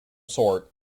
sort